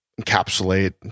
encapsulate